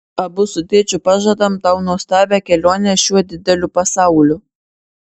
abu su tėčiu pažadam tau nuostabią kelionę šiuo dideliu pasauliu